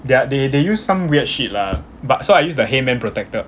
their they they use some weird shit lah but so I use the heymann protector